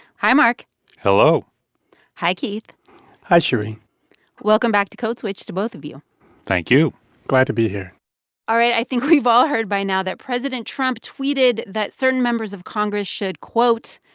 hi, mark hello hi, keith hi, shereen welcome back to code switch to both of you thank you glad to be here all right, i think we've all heard by now that president trump tweeted that certain members of congress should, quote,